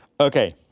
okay